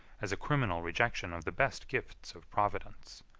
as a criminal rejection of the best gifts of providence.